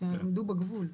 שעמדו בגבול.